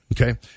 Okay